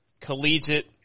collegiate